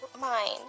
mind